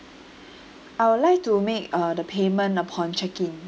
I would like to make uh the payment upon check in